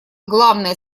главное